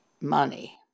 money